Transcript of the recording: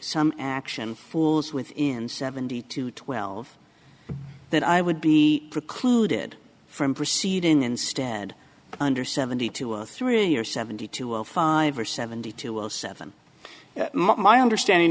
some action fools within seventy two twelve that i would be precluded from proceeding instead under seventy two three or seventy two five or seventy two zero seven my understanding